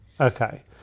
Okay